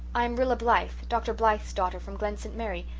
i am rilla blythe dr. blythe's daughter from glen st. mary.